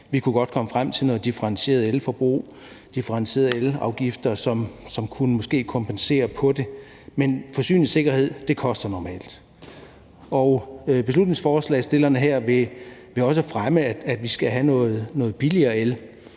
el, kunne vi godt komme frem til noget differentieret elforbrug, differentierede elafgifter, som måske kunne kompensere for det. Men forsyningssikkerhed koster normalt noget. Beslutningsforslagsstillerne her vil også fremme, at vi skal have noget billigere el.